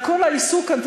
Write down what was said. רק כל העיסוק כאן,